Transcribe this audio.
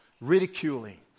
ridiculing